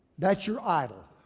that's your idol.